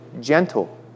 gentle